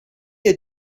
had